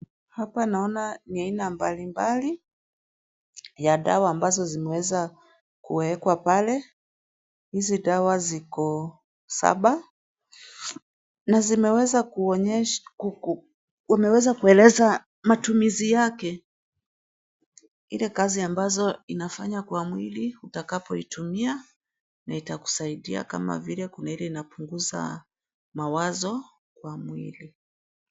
Hapa naona ni aina mbalimbali za dawa ambazo zimeweza kuekwa pale. Hizi dawa ziko saba na zimeweza kuonyesha zimeweza kueleza matumizi yake, ile kazi ambazo inafanya kwa mwili utakapoitumia na itakusaidia kama vile kuna ile inapunguza mawazo kwa mwili.